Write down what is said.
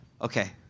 Okay